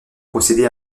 procéder